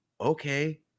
Okay